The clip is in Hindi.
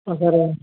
हाँ सर